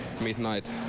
midnight